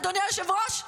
אדוני היושב-ראש?